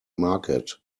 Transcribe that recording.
market